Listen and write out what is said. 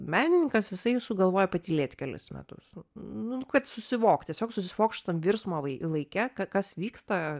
menininkas jisai sugalvojo patylėt kelis metus nu kad susivokt tiesiog susivokt šitam virsmo vai laike ka kas vyksta